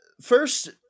First